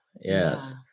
Yes